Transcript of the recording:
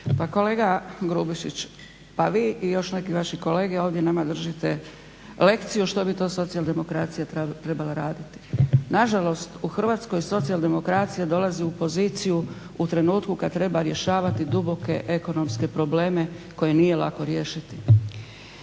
Pa kolega Grubišić pa vi i još neki vaši kolege ovdje nama držite lekciju što bi to socijaldemokracija trebala raditi. Nažalost, u Hrvatskoj socijaldemokracija dolazi u poziciju u trenutku kad treba rješavati duboke ekonomske probleme koje nije lako riješiti.